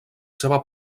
seva